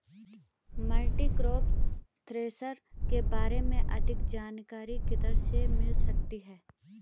Multicrop thresher के बारे में अधिक जानकारी किधर से मिल सकती है?